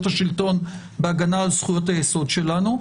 השלטון בהגנה על זכויות היסוד שלנו.